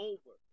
Over